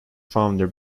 founder